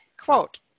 Quote